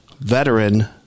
veteran